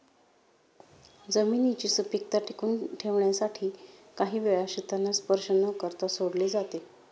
जमिनीची सुपीकता टिकवून ठेवण्यासाठी काही वेळा शेतांना स्पर्श न करता सोडले जाते